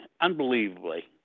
unbelievably